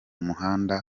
muhanda